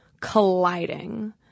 colliding